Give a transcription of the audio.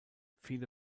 viele